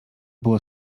było